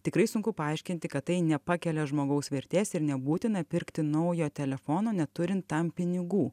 tikrai sunku paaiškinti kad tai nepakelia žmogaus vertės ir nebūtina pirkti naujo telefono neturint tam pinigų